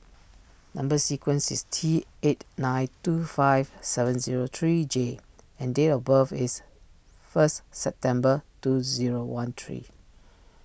Number Sequence is T eight nine two five seven zero three J and date of birth is first September two zero one three